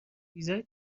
ویزای